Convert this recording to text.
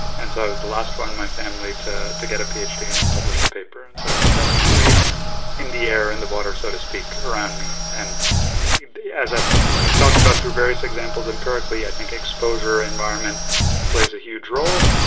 and so i was the last one in my family to to get a ph d. and publish a paper. and so it was definitely in the air, in the water, so to speak, around me. and as i've talked about, through various examples empirically, i think exposure, environment plays a huge role.